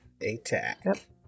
attack